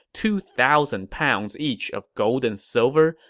two thousand pounds each of gold and silver,